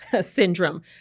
syndrome